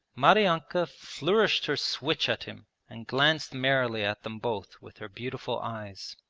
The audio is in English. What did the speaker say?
maryanka flourished her switch at him and glanced merrily at them both with her beautiful eyes.